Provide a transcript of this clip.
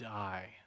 die